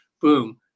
boom